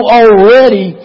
already